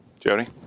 Jody